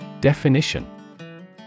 Definition